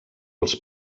els